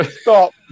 Stop